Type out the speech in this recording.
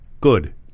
good